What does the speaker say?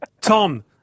Tom